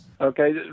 Okay